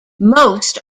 most